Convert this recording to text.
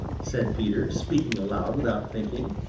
said peter, speaking aloud without thinking.